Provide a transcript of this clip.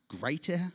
greater